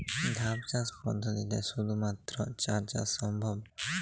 ধাপ চাষ পদ্ধতিতে শুধুমাত্র চা চাষ সম্ভব?